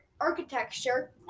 architecture